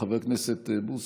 חבר הכנסת בוסו?